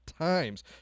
Times